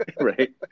right